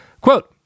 Quote